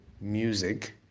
music